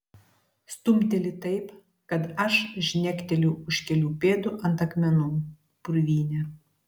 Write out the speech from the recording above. stumteli taip kad aš žnekteliu už kelių pėdų ant akmenų purvyne